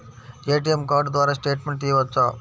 ATM card ద్వారా statement తీయవచ్చా?